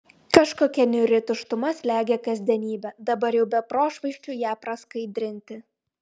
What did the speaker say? kažkokia niūri tuštuma slegia kasdienybę dabar jau be prošvaisčių ją praskaidrinti